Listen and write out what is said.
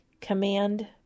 command